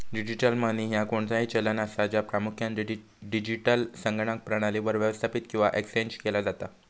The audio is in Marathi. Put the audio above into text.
डिजिटल मनी ह्या कोणताही चलन असा, ज्या प्रामुख्यान डिजिटल संगणक प्रणालीवर व्यवस्थापित किंवा एक्सचेंज केला जाता